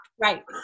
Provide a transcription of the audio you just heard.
Right